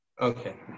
Okay